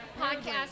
podcast